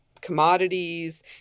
commodities